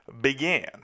began